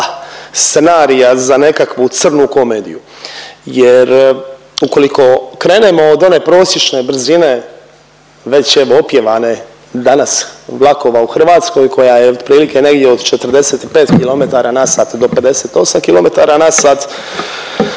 scenarija za nekakvu crnu komediju jer ukoliko krenemo od one prosječne brzine, već evo opjevane danas vlakova u Hrvatskoj koja je otprilike negdje od 45 km/h do 58 km/h i